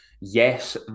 Yes